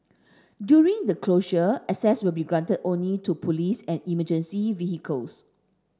during the closure access will be granted only to police and emergency vehicles